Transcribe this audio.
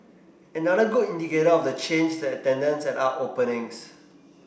another good indicator of the change is the attendance at art openings